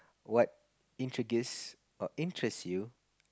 what introduce or interest you